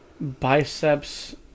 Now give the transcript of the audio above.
biceps